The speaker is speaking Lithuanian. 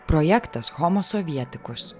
projektas homo sovietikus